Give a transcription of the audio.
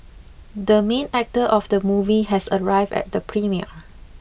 the main actor of the movie has arrived at the premiere